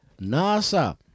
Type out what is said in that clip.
nasa